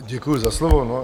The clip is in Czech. Děkuji za slovo.